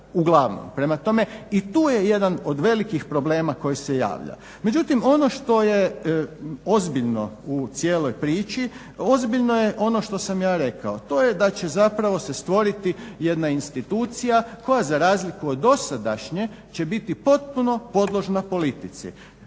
uglavnom. Prema tome, i tu je jedan od velikih problema koji se javlja. Međutim, ono što je ozbiljno u cijeloj priči ozbiljno je ono što sam ja rekao, to je da će zapravo se stvoriti jedna institucija koja za razliku od dosadašnje će biti potpuno podložna politici.